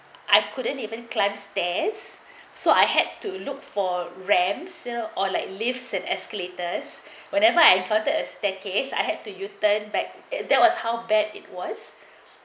I couldn't even climb stairs so I had to look for rammeds you know or like lifts and escalators whenever I plotted a staircase I had to u turn back that was how bad it was